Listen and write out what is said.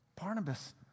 Barnabas